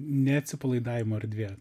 ne atsipalaidavimo erdvė